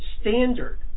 standard